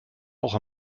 auch